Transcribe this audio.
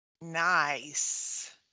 nice